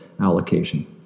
allocation